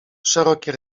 szerokie